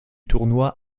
tournoi